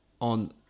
on